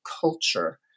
culture